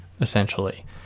essentially